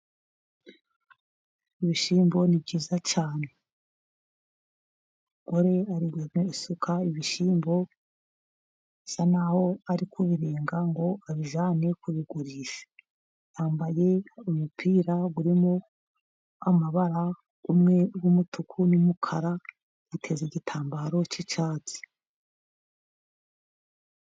Ibishyimbo ni byiza cyane, umugore uri gusuka ibishyimbo bisa naho ari kubirenga ngo abijyane kubigurisha, yambaye umupira urimo amabara rimwe ry'umutuku n'umukara, yiteze igitambaro cy'icyatsi.